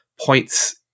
points